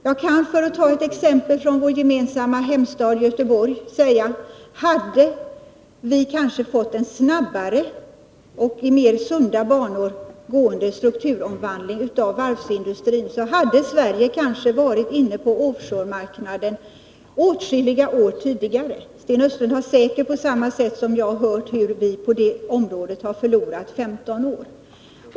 Jag kan ta ett exempel från vår gemensamma hemstad Göteborg: Hade vi fått en snabbare och i mer sunda banor gående strukturomvandling av varvsindustrin hade Sverige kanske varit inne på offshore-marknaden åtskilliga år tidigare. Sten Östlund har säkert på samma sätt som jag hört hur vi på detta område har förlorat 15 år.